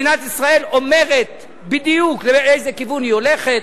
מדינת ישראל אומרת בדיוק לאיזה כיוון היא הולכת.